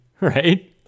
right